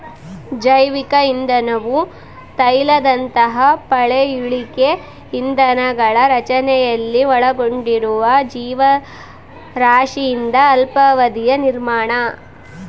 ಜೈವಿಕ ಇಂಧನವು ತೈಲದಂತಹ ಪಳೆಯುಳಿಕೆ ಇಂಧನಗಳ ರಚನೆಯಲ್ಲಿ ಒಳಗೊಂಡಿರುವ ಜೀವರಾಶಿಯಿಂದ ಅಲ್ಪಾವಧಿಯ ನಿರ್ಮಾಣ